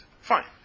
Fine